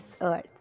earth